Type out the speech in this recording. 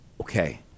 okay